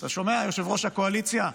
אתה שומע, יושב-ראש הקואליציה?